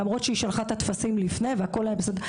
למרות שהיא שלחה את הטפסים לפני והכול היה בסדר,